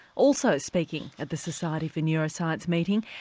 also speaking at the society for neuroscience meeting,